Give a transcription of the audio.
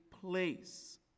place